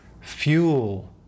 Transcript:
fuel